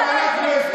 גם אנחנו,